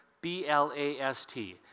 B-L-A-S-T